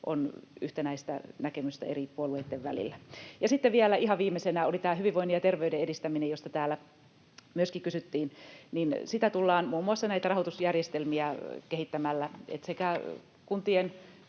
on yhtenäistä näkemystä eri puolueitten välillä. Sitten vielä ihan viimeisenä oli tämä hyvinvoinnin ja terveyden edistäminen, josta täällä myöskin kysyttiin. Siinä tullaan muun muassa näitä rahoitusjärjestelmiä kehittämään. Sekä kuntien